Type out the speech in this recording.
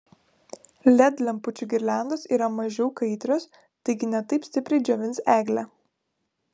led lempučių girliandos yra mažiau kaitrios taigi ne taip stipriai džiovins eglę